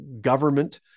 government